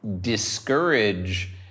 discourage